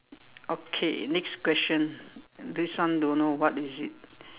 okay next question and this one don't know what is it